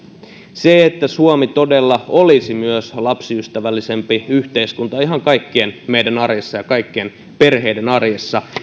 sitä että suomi todella olisi myös lapsiystävällisempi yhteiskunta ihan kaikkien meidän arjessa ja kaikkien perheiden arjessa